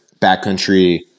backcountry